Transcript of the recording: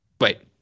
wait